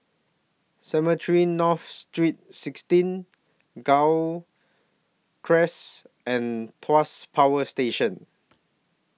Cemetry North Street sixteen Gul Cress and Tuas Power Station